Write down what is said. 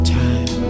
time